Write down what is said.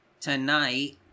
tonight